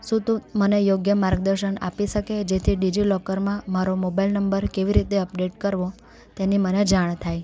સુ તું મને યોગ્ય માર્ગદર્શન આપી શકે જેથી ડિજિલોકરમાં મારો મોબાઈલ નંબર કેવી રીતે અપડૅટ કરવો તેની મને જાણ થાય